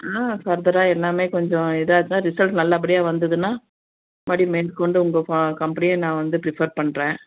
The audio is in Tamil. ஆ ஃபர்தராக எல்லாமே கொஞ்சம் இதாக இருந்தால் ரிசல்ட் நல்லபடியாக வந்ததுன்னா மறுபடியும் மேற்கொண்டு உங்கள் கா கம்பெனியே நான் வந்து ப்ரிஃபர் பண்ணுறேன்